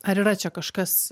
ar yra čia kažkas